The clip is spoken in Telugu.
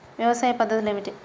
వ్యవసాయ పద్ధతులు ఏమిటి?